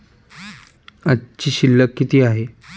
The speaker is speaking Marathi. आजची शिल्लक किती आहे?